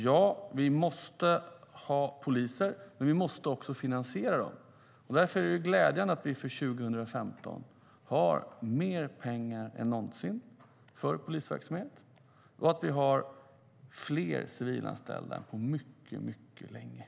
Ja, vi måste ha poliser, och vi måste finansiera dem. Därför är det glädjande att vi för 2015 har mer pengar än någonsin för polisverksamhet och att vi har fler civilanställda än på mycket, mycket länge.